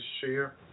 share